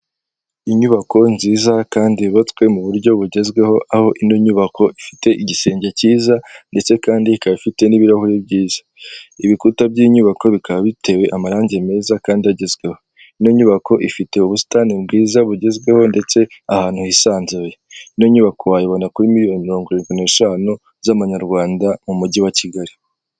Inyubako nziza kandi yubatswe mu buryo bugezweho, aho ino nyubako ifite igisenge cyiza ndetse kandi ikaba ifite n'ibirahure byiza. Ibikuta bw'inyubako bikaba bitewe amarange meza kandi agezweho. Ino nyubako ifite ubusitani bwiza bugezweho ndetse ahantu hisanzuye. Ino nyubako wayibona kuri muliyoni mirongo irindwi n'eshanu z'amanyarwanda, mu mugi wa Kugali.